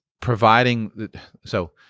providing—so